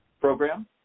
program